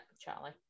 Charlie